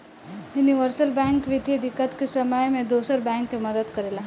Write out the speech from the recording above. universal bank वित्तीय दिक्कत के समय में दोसर बैंक के मदद करेला